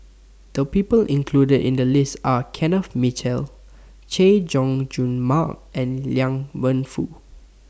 The People included in The list Are Kenneth Mitchell Chay Jung Jun Mark and Liang Wenfu